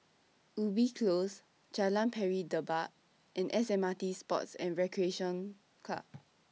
Ubi Close Jalan Pari Dedap and S M R T Sports and Recreation Club